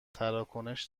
تراکنش